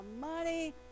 money